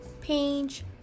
Page